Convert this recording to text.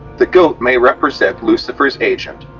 the goat may represent lucifer's agent,